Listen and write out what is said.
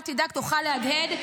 אל תדאג, תוכל להדהד.